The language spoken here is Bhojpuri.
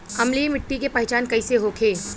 अम्लीय मिट्टी के पहचान कइसे होखे?